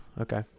Okay